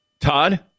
Todd